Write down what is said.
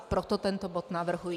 Proto tento bod navrhuji.